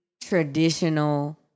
traditional